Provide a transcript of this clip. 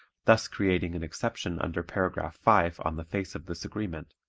thus creating an exception under paragraph five on the face of this agreement.